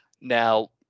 Now